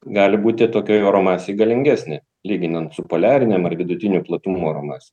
gali būti tokioj oro masėj galingesnė lyginant su poliarinėm ar vidutinių platumų oro masėm